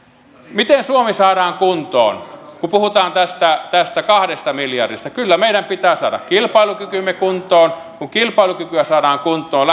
miten suomi saadaan kuntoon kun puhutaan tästä tästä kahdesta miljardista kyllä meidän pitää saada kilpailukykymme kuntoon kun kilpailukykyä saadaan kuntoon